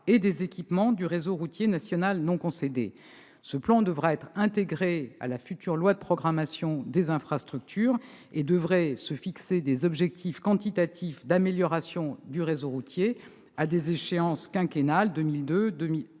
et des équipements du réseau routier national non concédé. Ce plan devra être intégré à la future loi de programmation des infrastructures et devrait fixer des objectifs quantitatifs d'amélioration du réseau routier sur la base d'échéances quinquennales- 2022,